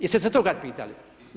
Jeste se to kad pitali?